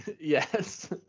Yes